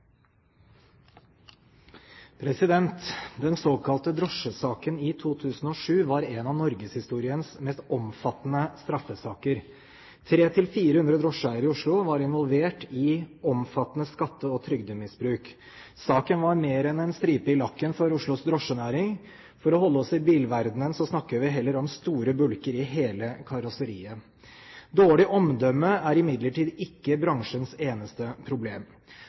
kontroll. Den såkalte drosjesaken i 2007 var en av norgeshistoriens mest omfattende straffesaker. 300–400 drosjeeiere i Oslo var involvert i omfattende skatte- og trygdemisbruk. Saken var mer enn en ripe i lakken for Oslos drosjenæring. For å holde oss i bilverdenen snakker vi heller om store bulker i hele karosseriet. Dårlig omdømme er imidlertid ikke bransjens eneste problem.